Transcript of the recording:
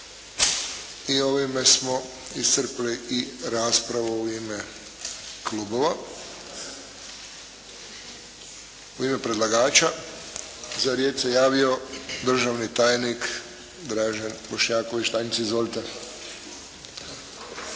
I ovime smo iscrpili i raspravu u ime klubova. U ime predlagača za riječ se javio državni tajnik Dražen Bošnjaković. Tajniče izvolite.